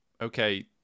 okay